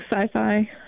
sci-fi